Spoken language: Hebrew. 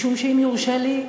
משום שאם יורשה לי,